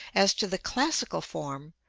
as to the classical form,